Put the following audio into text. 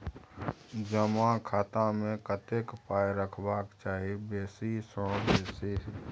जमा खाता मे कतेक पाय रखबाक चाही बेसी सँ बेसी?